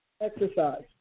exercise